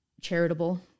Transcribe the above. charitable